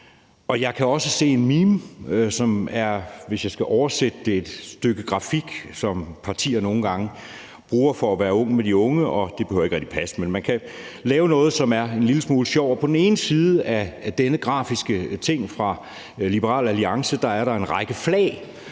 jeg skal oversætte det, et stykke grafik, som partierne nogle gange bruger for at være ung med de unge; det behøver ikke rigtig passe, men man kan lave noget, som er en lille smule sjovt – og på den ene side af denne grafiske ting fra Liberal Alliance er der en række flag, og